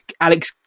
Alex